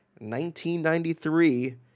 1993